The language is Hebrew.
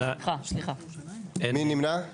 מי נמנע?